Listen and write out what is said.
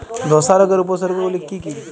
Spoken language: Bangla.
ধসা রোগের উপসর্গগুলি কি কি?